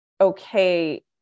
okay